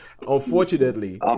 Unfortunately